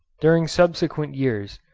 during subsequent years,